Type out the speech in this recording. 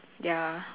ya